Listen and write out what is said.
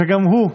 שגם הוא,